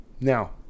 now